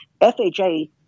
FHA